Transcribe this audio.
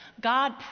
God